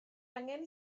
angen